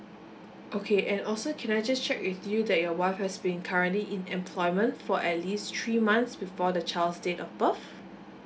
okay and also can I just check with you that your wife has been currently in employment for at least three months before the child's date of birth